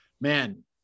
Man